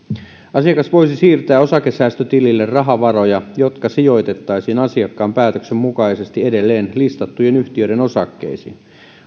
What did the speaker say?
asiakas voisi siirtää osakesäästötilille rahavaroja jotka sijoitettaisiin asiakkaan päätöksen mukaisesti edelleen listattujen yhtiöiden osakkeisiin